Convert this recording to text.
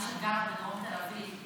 כמי שגרה בדרום תל אביב,